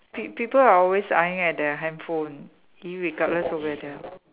peop~ people are always eyeing their handphone irregardless of whether